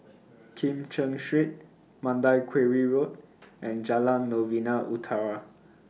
Kim Cheng Street Mandai Quarry Road and Jalan Novena Utara